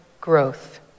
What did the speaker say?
growth